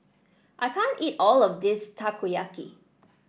I can't eat all of this Takoyaki